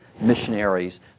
missionaries